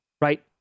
Right